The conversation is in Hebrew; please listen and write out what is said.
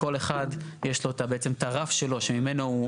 לכל אחד יש לו בעצם את הרף שלו שממנו הוא נכנס.